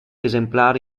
esemplari